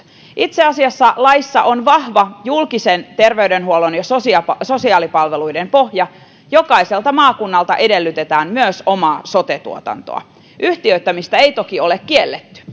itse asiassa laissa on vahva julkisen terveydenhuollon ja sosiaalipalveluiden pohja jokaiselta maakunnalta edellytetään myös omaa sote tuotantoa yhtiöittämistä ei toki ole kielletty